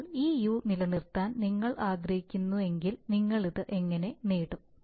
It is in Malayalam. ഇപ്പോൾ ഈ u നിലനിർത്താൻ നിങ്ങൾ ആഗ്രഹിക്കുന്നുവെങ്കിൽ നിങ്ങൾ ഇത് എങ്ങനെ നേടും